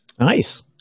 Nice